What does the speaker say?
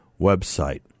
website